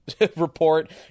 report